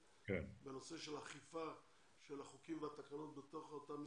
בנושא של אכיפה והתקנות בתוך אותן מסגרות?